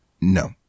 No